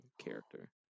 character